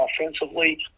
offensively